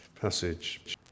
passage